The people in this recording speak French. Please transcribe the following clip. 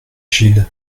gille